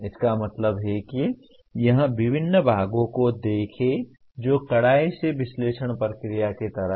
इसका मतलब है कि यहाँ विभिन्न भागों को देखें जो कड़ाई से विश्लेषण प्रक्रिया की तरह हैं